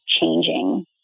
changing